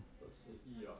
二十一 ah